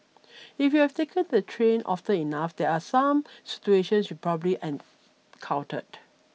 if you have taken the train often enough there are some situations probably and countered